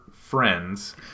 friends